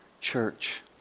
church